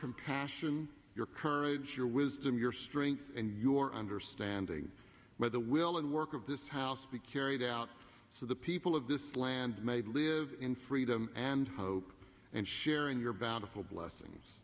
compassion your courage your wisdom your strength and your understanding by the will and work of this house be carried out so the people of this land they live in freedom and hope and sharing your battle blessings